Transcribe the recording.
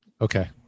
okay